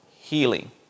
healing